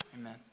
amen